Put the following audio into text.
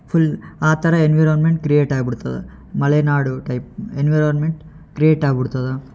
full ಆ ಥರ environment create ಆಗ್ಬಿಡ್ತದೆ ಮಲೆನಾಡು ಟೈಪ್ ಎನ್ವಿರಾನ್ಮೆಂಟ್ ಕ್ರಿಯೇಟ್ ಆಗ್ಬಿಡ್ತದೆ